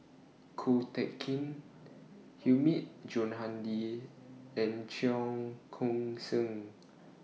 Ko Teck Kin Hilmi Johandi and Cheong Koon Seng